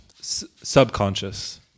subconscious